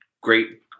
great